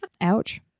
ouch